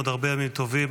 עוד הרבה ימים טובים,